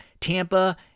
Tampa